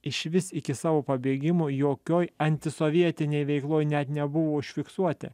išvis iki savo pabėgimo jokioj antisovietinėj veikloje net nebuvo užfiksuoti